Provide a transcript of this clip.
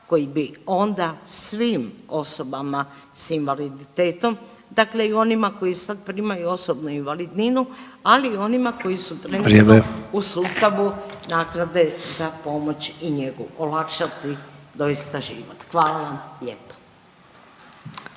koji bi onda svim osobama s invaliditetom, dakle i onima koji sad primaju osobnu invalidninu, ali i onima koji su trenutno u sustavu .../Upadica: Vrijeme./... naknade za pomoć i njegu olakšati doista život. Hvala vam lijepa.